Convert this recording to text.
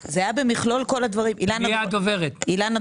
זה היה על מכלול של דברים, לא על